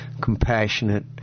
compassionate